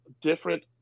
different